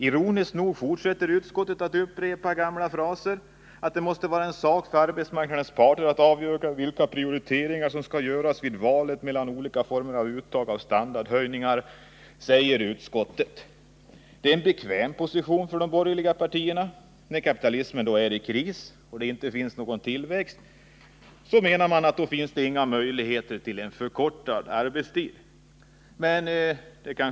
Ironiskt nog fortsätter utskottet att upprepa gamla fraser som ”att det måste vara en sak för arbetsmarknadens parter att avgöra vilka prioriteringar som skall göras vid valet mellan olika former för uttag av standardhöjningar”. Det är en bekväm position för de borgerliga partierna. När kapitalismen är i kris och det inte finns någon tillväxt finns inga möjligheter till en förkortad arbetstid, menar man.